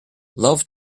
love